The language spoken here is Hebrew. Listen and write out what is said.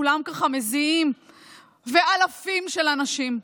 וכולם ככה מזיעים ואלפים של אנשים.